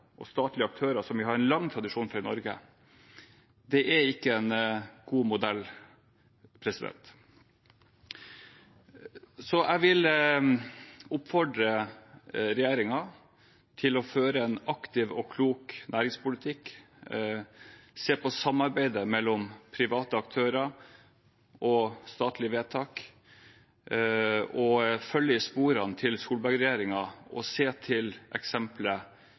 som vi har en lang tradisjon for i Norge, er ikke en god modell. Jeg vil oppfordre regjeringen til å føre en aktiv og klok næringspolitikk, se på samarbeidet mellom private aktører og statlige vedtak og følge i sporene til Solberg-regjeringen og se til